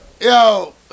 Yo